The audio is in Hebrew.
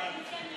ביתנו